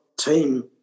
team